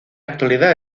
actualidad